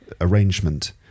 arrangement